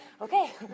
okay